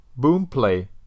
Boomplay